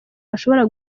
bashobora